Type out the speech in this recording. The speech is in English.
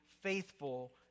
faithful